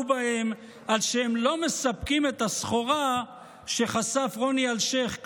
בהם על שהם לא מספקים את הסחורה שחשף רוני אלשיך,